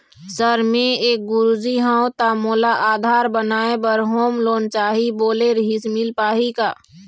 Sir मे एक गुरुजी हंव ता मोला आधार बनाए बर होम लोन चाही बोले रीहिस मील पाही का?